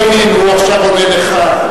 השר בגין, הוא עכשיו עונה לך.